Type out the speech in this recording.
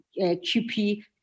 QP